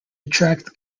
attract